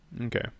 Okay